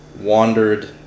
wandered